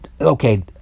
Okay